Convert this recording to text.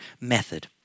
method